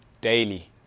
daily